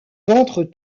ventre